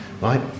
right